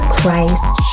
Christ